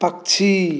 पक्षी